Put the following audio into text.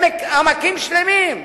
עמקים שלמים,